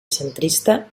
centrista